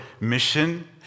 mission